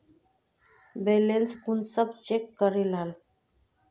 Balance कुंसम check करे लाल?